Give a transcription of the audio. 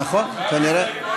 נכון, כנראה.